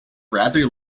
rather